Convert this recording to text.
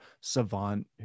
Savant